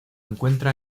encuentra